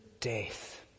death